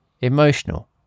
emotional